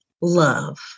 love